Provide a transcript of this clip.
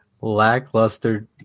lackluster